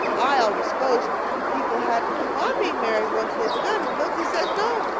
i always s'posed people had to keep on being married once they'd begun, but milty says no,